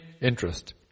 interest